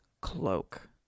cloak